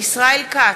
ישראל כץ,